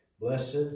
Blessed